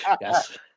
Yes